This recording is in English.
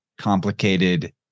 complicated